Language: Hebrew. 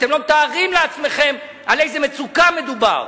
אתם לא מתארים לעצמכם על איזו מצוקה מדובר.